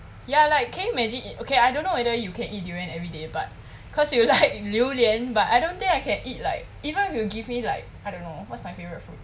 ya like can you imagine it okay I don't know whether you can eat durian everyday but cause you like 榴槤 but I don't think I can eat like even if you give me like I don't know what's my favourite food